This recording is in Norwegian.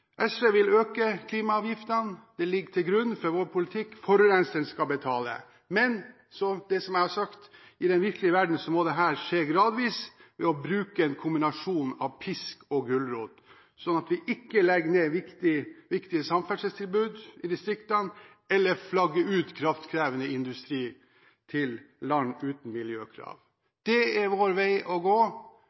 SV vil øke klimaavgiftene. Det ligger til grunn for vår politikk. Forurenser skal betale. Men som jeg har sagt: I den virkelige verden må dette skje gradvis ved å bruke en kombinasjon av pisk og gulrot, sånn at vi ikke legger ned viktige samferdselstilbud i distriktene eller flagger ut kraftkrevende industri til land uten miljøkrav. Det er vår vei å gå,